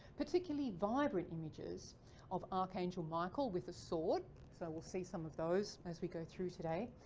particularly vibrant images of archangel michael with a sword. so we'll see some of those as we go through today.